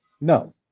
No